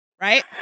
right